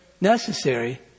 necessary